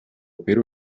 pero